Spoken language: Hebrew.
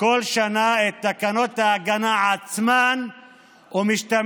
כל שנה את תקנות ההגנה עצמן ומשתמשת